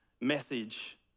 message